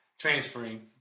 transferring